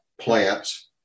plants